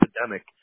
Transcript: epidemic